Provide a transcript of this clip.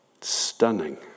Stunning